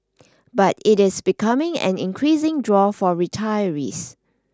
but it is becoming an increasing draw for retirees